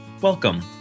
Welcome